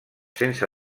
sense